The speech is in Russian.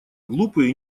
глупые